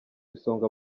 isonga